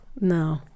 No